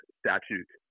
statute